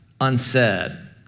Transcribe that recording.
unsaid